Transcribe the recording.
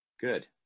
Good